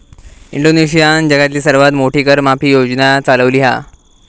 इंडोनेशियानं जगातली सर्वात मोठी कर माफी योजना चालवली हा